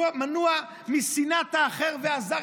מונע משנאת האחר והזר,